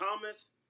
Thomas